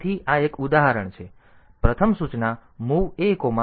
તેથી આ એક ઉદાહરણ છે પ્રથમ સૂચના MOV A3 છે